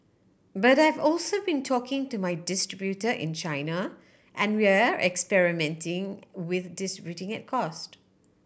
but I've also been talking to my distributor in China and we're experimenting with distributing at cost